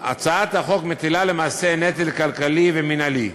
הצעת החוק מטילה למעשה נטל כלכלי ומינהלי,